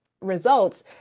results